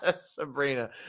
Sabrina